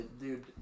dude